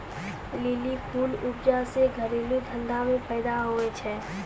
lily फूल उपजा से घरेलू धंधा मे फैदा हुवै छै